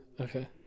okay